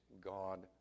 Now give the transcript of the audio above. God